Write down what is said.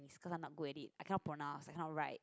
cause I not good edit it I cannot pronounce I can't write